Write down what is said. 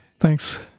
Thanks